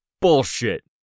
Bullshit